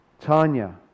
Tanya